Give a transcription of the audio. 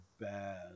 bad